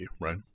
right